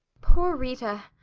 poor rita!